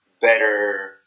better